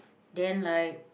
then like